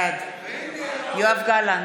בעד יואב גלנט,